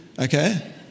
Okay